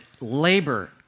labor